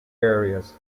areas